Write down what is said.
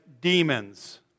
demons